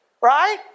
right